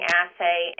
assay